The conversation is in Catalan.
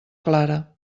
clara